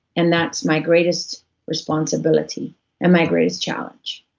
and that's my greatest responsibility and my greatest challenge.